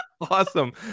awesome